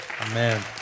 Amen